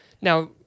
Now